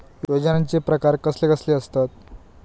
योजनांचे प्रकार कसले कसले असतत?